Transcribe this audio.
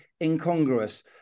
incongruous